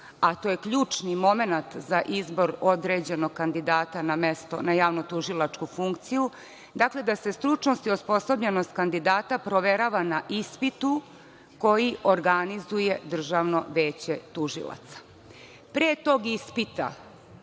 a to je ključni momenat za izbor određenog kandidata na javno-tužilačku funkciju, dakle da se stručnost i osposobljenost kandidata provera na ispitu koji organizuje Državno veće tužilaca. Pre tog ispita